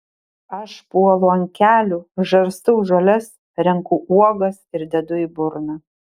aš puolu ant kelių žarstau žoles renku uogas ir dedu į burną